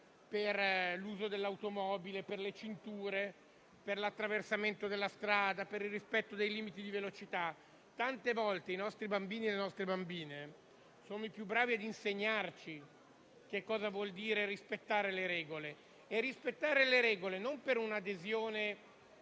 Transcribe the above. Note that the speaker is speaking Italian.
per l'uso dell'automobile, per le cinture, per l'attraversamento della strada, per il rispetto dei limiti di velocità, tante volte i nostri bambini e le nostre bambine sono più bravi ad insegnarci cosa vuol dire rispettare le regole. E non per un'adesione